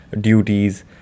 duties